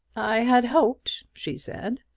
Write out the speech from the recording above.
i had hoped, she said,